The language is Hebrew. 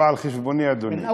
לא על חשבוני, אדוני.